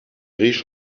riche